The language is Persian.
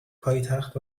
پایتخت